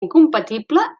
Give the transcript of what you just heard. incompatible